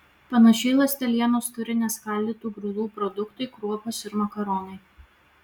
panašiai ląstelienos turi neskaldytų grūdų produktai kruopos ir makaronai